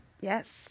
Yes